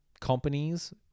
companies